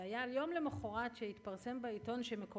זה היה יום למחרת הפרסום בעיתון שלפיו